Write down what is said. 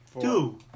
Two